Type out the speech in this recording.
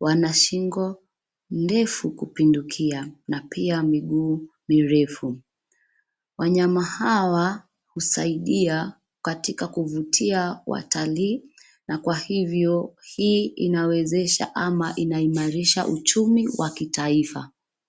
Wana shingo ndefu kupindukia na pia miguu mirefu. Wanyama hawa husaidia katika kuvutia watalii na kwa hivyo hii inawezesha ama inaimarisha uchumi wa kitaifa.